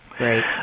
Right